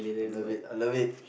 I love it I love it